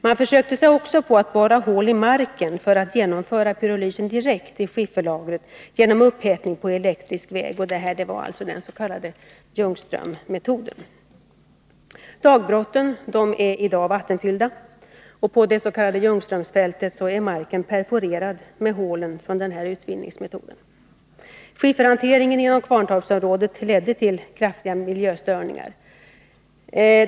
Man försökte sig också på att borra hål i marken för att genomföra pyrolysen direkt i skifferlagret genom upphettning på elektrisk väg. Det var den s.k. Ljungströmsmetoden. Dagbrotten är i dag vattenfyllda, och på det s.k. Ljungströmsfältet är marken perforerad med hålen efter användandet av den här utvinningsmetoden. Skifferhanteringen inom Kvarntorpsområdet ledde till kraftiga miljöstörningar.